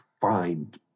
find